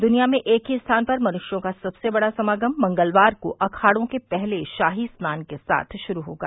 दुनिया में एक ही स्थान पर मनुष्यों का सबसे बड़ा समागम मंगलवार को अखाड़ों के पहले शाही स्नान के साथ शुरू होगा